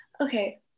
okay